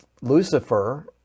Lucifer